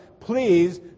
please